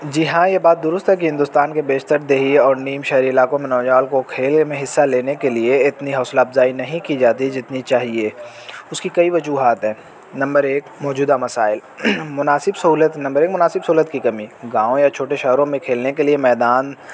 جی ہاں یہ بات درست تھا کہ ہندوستان کے بیشتر دیہی اور نیم شہری علاقوں میں نوجان کو کھیل میں حصہ لینے کے لیے اتنی حوصلہ افزائی نہیں کی جاتی جتنی چاہیے اس کی کئی وجوہات ہیں نمبر ایک موجودہ مسائل مناسب سہولت نمبر ایک مناسب سہولت کی کمی گاؤں یا چھوٹے شہروں میں کھیلنے کے لیے میدان